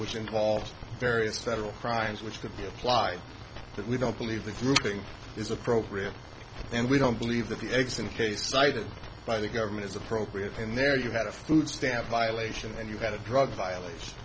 which involves various federal crimes which could be applied but we don't believe the grouping is appropriate and we don't believe that the x in case cited by the government is appropriate and there you had a food stamp violation and you had a drug viol